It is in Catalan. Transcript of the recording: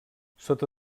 sota